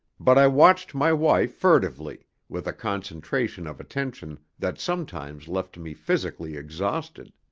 but i watched my wife furtively, with a concentration of attention that sometimes left me physically exhausted.